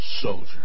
soldier